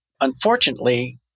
unfortunately